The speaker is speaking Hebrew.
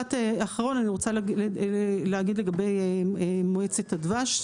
ומשפט אחרון, אני רוצה להגיד לגבי מועצת הדבש.